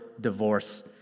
divorce